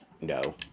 No